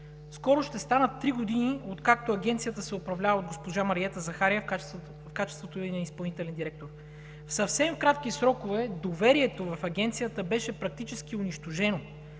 Скоро ще станат три години, откакто Агенцията се управлява от госпожа Мариета Захариева в качеството й на изпълнителен директор. В съвсем кратки срокове доверието в Агенцията беше практически унищожено.